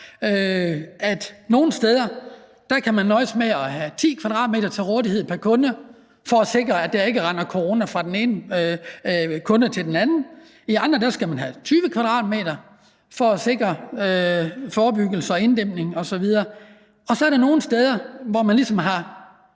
man nogle steder kan nøjes med at have 10 m² til rådighed pr. kunde for at sikre, at der ikke render corona fra den ene kunde til den anden. I andre skal man have 20 m² for at sikre forebyggelse og inddæmning osv. Og så er der nogle steder, hvor man ligesom skal